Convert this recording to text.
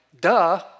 duh